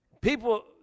people